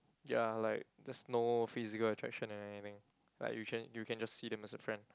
ya like there's no physical attraction or anything like you can you can just see them as a friend